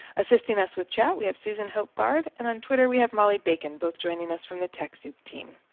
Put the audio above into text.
assisting us with chat we have susan hope bard, and on twitter we have molly bacon both joining us from the techsoup team.